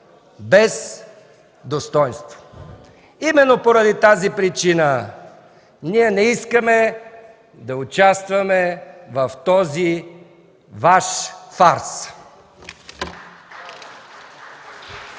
без достойнство! Именно поради тази причина ние не искаме да участваме в този Ваш фарс!